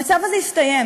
המצב הזה הסתיים.